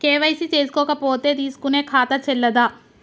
KYC చేసుకోకపోతే తీసుకునే ఖాతా చెల్లదా?